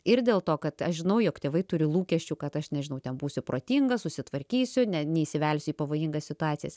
ir dėl to kad aš žinau jog tėvai turi lūkesčių kad aš nežinau ten būsiu protinga susitvarkysiu ne neįsivelsiu į pavojingas situacijas